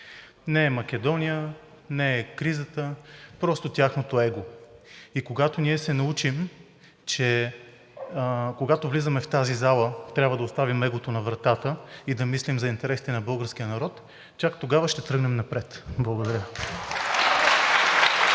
Не е Македония, не е кризата – просто тяхното его. И когато ние се научим, че когато влизаме в тази зала, трябва да оставим егото на вратата и да мислим за интересите на българския народ, чак тогава ще тръгнем напред. Благодаря.